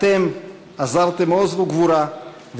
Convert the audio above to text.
אתם אזרתם עוז וגבורה,